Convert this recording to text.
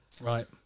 Right